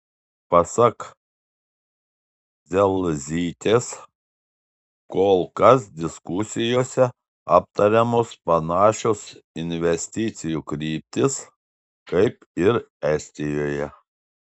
pasak dzelzytės kol kas diskusijose aptariamos panašios investicijų kryptys kaip ir estijoje